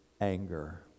anger